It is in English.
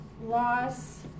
Loss